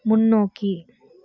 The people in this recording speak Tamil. முன்னோக்கி